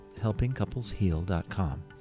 helpingcouplesheal.com